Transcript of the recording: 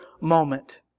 moment